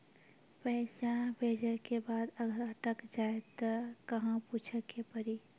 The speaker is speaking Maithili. पैसा भेजै के बाद अगर अटक जाए ता कहां पूछे के पड़ी?